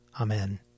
Amen